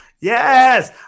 Yes